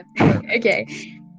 okay